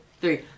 three